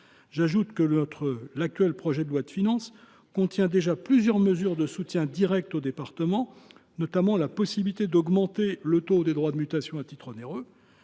J’ajoute que le PLF pour 2025 contient déjà plusieurs mesures de soutien direct aux départements, notamment la possibilité d’augmenter le taux des droits de mutation à titre onéreux